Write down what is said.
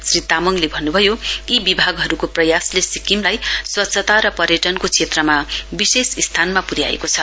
श्री तामङले भन्नुभयो यी विभागहरूको प्रयासले सिक्किमलाई स्वच्छता र पर्यटनको क्षेत्रमा विशेष स्थानमा पुर्याएके छ